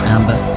Amber